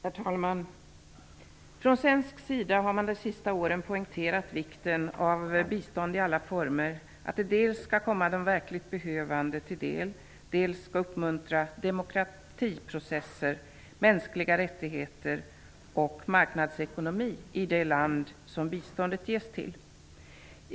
Herr talman! Från svensk sida har man de sista åren poängterat vikten av att bistånd i alla former skall komma de verkligt behövande till del och uppmuntra demokratiprocesser, mänskliga rättigheter och marknadsekonomi i det land som biståndet ges till.